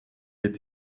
est